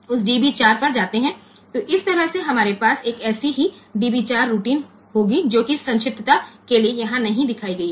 તેથી આ રીતે આપણી પાસે આવી જ db 4 રૂટિન હશે જે સંક્ષિપ્તતા ખાતર અહીં બતાવવામાં આવ્યું નથી